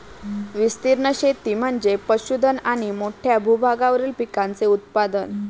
विस्तीर्ण शेती म्हणजे पशुधन आणि मोठ्या भूभागावरील पिकांचे उत्पादन